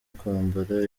kwambara